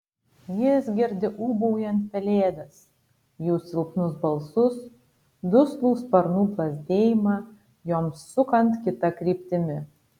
jis girdi ūbaujant pelėdas jų silpnus balsus duslų sparnų plazdėjimą joms sukant kita kryptimi